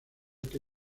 que